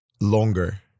longer